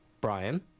Brian